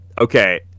Okay